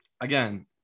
again